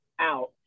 out